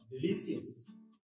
delicious